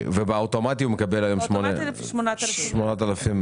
ובאוטומטי הוא מקבל היום 8,000 שקל.